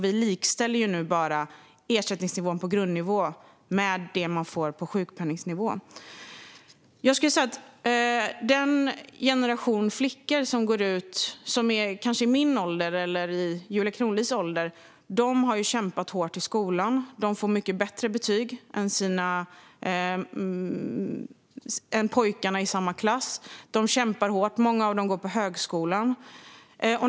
Vi likställer nu bara ersättningsnivån på grundnivå med det som man får på sjukpenningnivå. Den generation flickor som kanske är i min ålder eller i Julia Kronlids ålder har kämpat hårt i skolan. Dessa flickor får mycket bättre betyg än pojkarna i samma klass. De kämpar hårt. Många av dem går på högskolan.